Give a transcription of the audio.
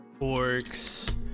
orcs